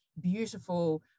beautiful